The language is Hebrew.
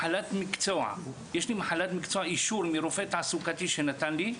יש לי מחלת מקצוע, אישור מרופא תעסוקתי שנתן לי,